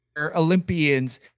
Olympians